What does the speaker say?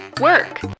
work